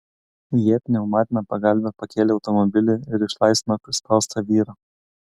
jie pneumatine pagalve pakėlė automobilį ir išlaisvino prispaustą vyrą